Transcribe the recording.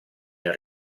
nel